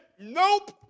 nope